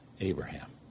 Abraham